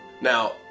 Now